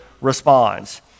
responds